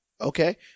Okay